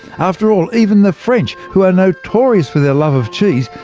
after all, even the french, who are notorious for their love of cheese,